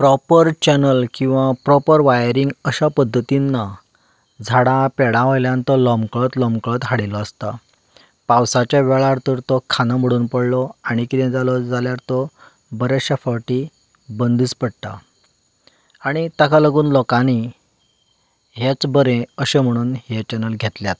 proper channel किंवा proper wiring अश्यां पद्दतीन ना झाडां पेडां वयल्यान तो लोंबकळत लोंबकळत हाडिल्लो आसता पावसाच्या वेळार तर तो खांदो मोडून पडल्लो आनी किदें जालो जाल्यार तो बऱ्याचश्यां फावटी बंदूच पडटा आनी ताका लागून लोकांनी हेंच बरें अशें म्हणून हें चॅनल घेतल्यात